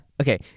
Okay